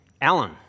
Alan